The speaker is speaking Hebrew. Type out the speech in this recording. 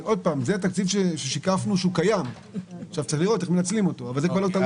זה תקציב שהיה קיים וצריך לראות איך מנצלים אותו אבל זה כבר לא תלוי